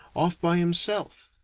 off by himself.